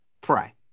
pray